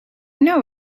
know